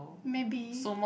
maybe